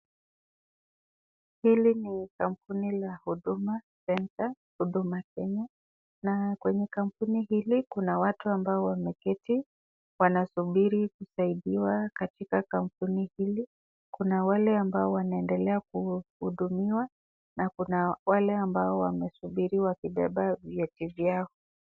Hili ni kampuni la Huduma Centre, Huduma Kenya na kwenye kampuni hili kuna watu ambao wameketi wanasubiri kusaidiwa katika kampuni hili. Kuna wale ambao wanaendelea kuhudumiwa na kuna wale ambao wamesubiri wakibeba vyeti vyao.